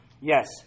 Yes